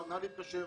אפשר להתקשר,